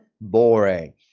boring